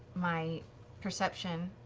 my perception